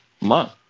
month